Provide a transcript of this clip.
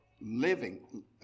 living